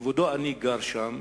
כבודו, אני גר שם.